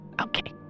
Okay